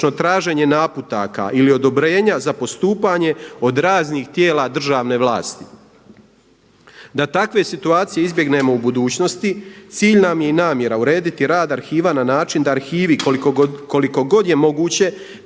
ili odobrenja za postupanje od raznih tijela državne vlasti. Da takve situacije izbjegnemo u budućnosti, cilj nam je i namjera urediti rad arhiva na način da arhivi koliko god je moguće